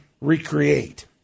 recreate